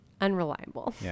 unreliable